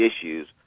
issues